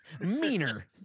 Meaner